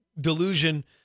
delusion